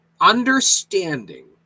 understanding